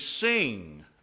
sing